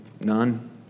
None